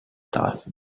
thought